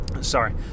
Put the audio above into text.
Sorry